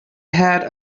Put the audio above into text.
had